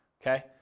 okay